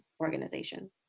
organizations